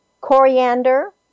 coriander